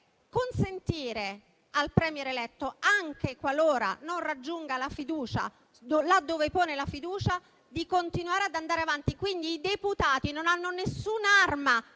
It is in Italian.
consentire al *Premier* eletto, anche qualora non raggiunga la fiducia, laddove la pone, di continuare ad andare avanti. Quindi i parlamentari non hanno alcuna arma